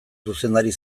zuzendari